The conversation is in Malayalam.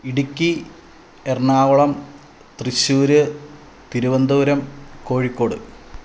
ഇടുക്കി എറണാകുളം തൃശ്ശൂർ തിരുവനന്തപുരം കോഴിക്കോട്